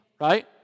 right